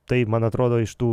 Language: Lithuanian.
tai man atrodo iš tų